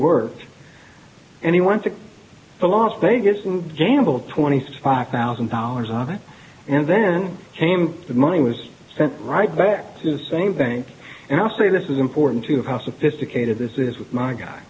worked and he went to the las vegas and gamble twenty five thousand dollars on it and then came the money was sent right back to the same bank and i'll say this is important to how sophisticated this is